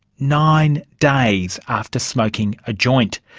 nine days after smoking a joint.